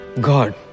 God